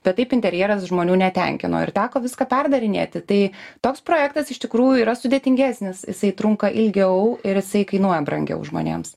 bet taip interjeras žmonių netenkino ir teko viską perdarinėti tai toks projektas iš tikrųjų yra sudėtingesnis jisai trunka ilgiau ir jisai kainuoja brangiau žmonėms